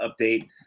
update